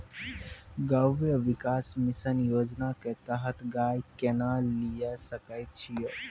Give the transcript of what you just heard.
गव्य विकास मिसन योजना के तहत गाय केना लिये सकय छियै?